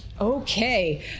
Okay